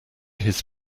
his